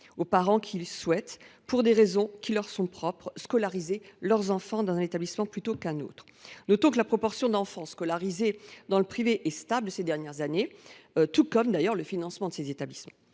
aux parents qui souhaitent, pour des raisons qui leur sont propres, scolariser leurs enfants dans un établissement plutôt que dans un autre. Notons que la proportion d’enfants scolarisés dans le privé est stable depuis quelques années, tout comme d’ailleurs le financement de ces établissements.